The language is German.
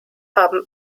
haben